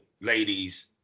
ladies